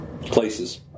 Places